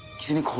genie.